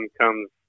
comes